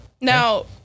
Now-